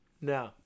No